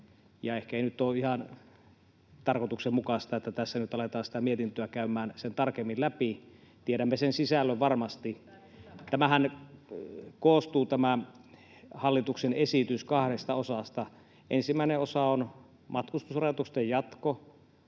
Ehkä ei ole ihan tarkoituksenmukaista, että tässä nyt aletaan sitä mietintöä käymään sen tarkemmin läpi. Tiedämme sen sisällön varmasti. Tämä hallituksen esityshän koostuu kahdesta osasta. Ensimmäinen osa on matkustusrajoitusten jatko,